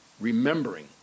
remembering